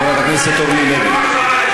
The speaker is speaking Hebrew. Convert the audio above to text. חברת הכנסת אורלי לוי.